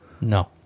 No